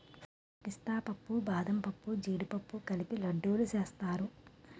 పిస్తా పప్పు బాదంపప్పు జీడిపప్పు కలిపి లడ్డూలు సేస్తారు